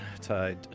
tied